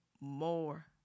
more